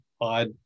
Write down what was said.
odd